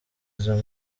izo